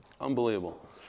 Unbelievable